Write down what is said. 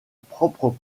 propre